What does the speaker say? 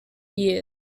years